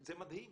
זה מדהים